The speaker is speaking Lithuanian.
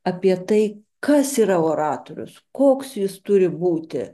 apie tai kas yra oratorius koks jis turi būti